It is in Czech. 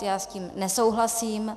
Já s tím nesouhlasím.